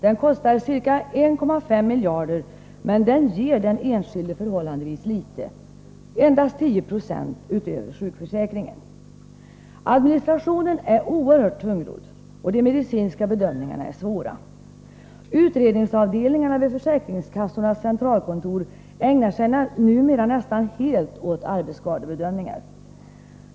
Den kostar ca 1,5 miljarder, men den ger den enskilde förhållandevis litet — endast 10 96 utöver sjukförsäkringen. Administrationen är oerhört tungrodd och de medicinska bedömningarna svåra. Utredningsavdelningarna vid försäkringskassornas centralkontor ägnar sig numera nästan helt åt arbetsskadebedömningar.